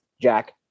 Jack